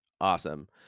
Awesome